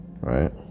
right